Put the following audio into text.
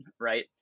right